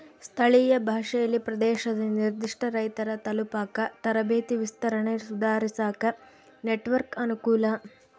ಸ್ಥಳೀಯ ಭಾಷೆಯಲ್ಲಿ ಪ್ರದೇಶದ ನಿರ್ಧಿಷ್ಟ ರೈತರ ತಲುಪಾಕ ತರಬೇತಿ ವಿಸ್ತರಣೆ ಸುಧಾರಿಸಾಕ ನೆಟ್ವರ್ಕ್ ಅನುಕೂಲ